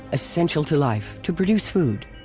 essential to life, to produce food.